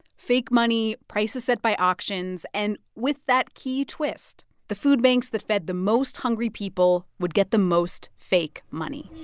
fake money, prices set by auctions, and with that key twist the food banks that fed the most hungry people would get the most fake money